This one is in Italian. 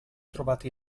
trovati